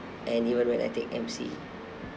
and even when I take M_C